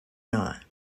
not